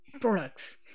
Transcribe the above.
products